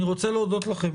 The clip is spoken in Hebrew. אני רוצה להודות לכם.